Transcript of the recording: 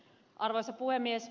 arvoisa puhemies